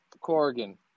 Corrigan